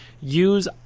use